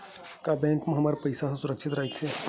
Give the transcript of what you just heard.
का बैंक म हमर पईसा ह सुरक्षित राइथे?